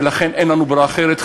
ולכן אין לנו ברירה אחרת,